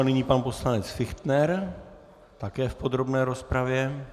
Nyní pan poslanec Fichtner také v podrobné rozpravě.